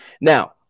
Now